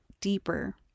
deeper